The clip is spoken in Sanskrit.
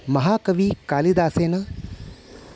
महाकविः कालिदासेन